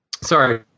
Sorry